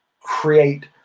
create